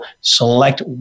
select